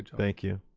thank you.